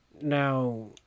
Now